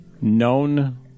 known